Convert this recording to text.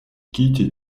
кити